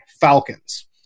Falcons